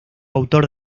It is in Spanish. autor